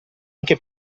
anche